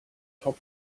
top